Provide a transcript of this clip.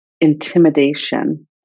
intimidation